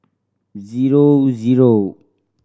zero zero